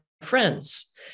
friends